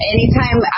Anytime